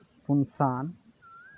ᱯᱩᱱ ᱥᱟᱱ